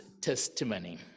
testimony